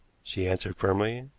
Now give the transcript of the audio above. she answered firmly,